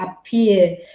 appear